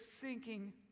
sinking